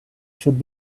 should